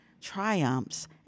triumphs